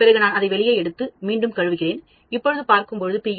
பிறகு நான்அதை வெளியே எடுத்து மீண்டும் கழுவுகிறேன் இப்பொழுது பார்க்கும் பொழுது 3